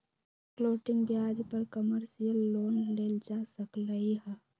floating ब्याज पर commercial loan लेल जा सकलई ह